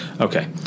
okay